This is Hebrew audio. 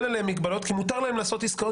אין עליהם מגבלות כי מותר להם לעשות עסקאות